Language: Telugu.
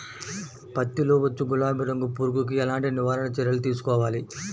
పత్తిలో వచ్చు గులాబీ రంగు పురుగుకి ఎలాంటి నివారణ చర్యలు తీసుకోవాలి?